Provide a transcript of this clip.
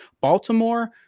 Baltimore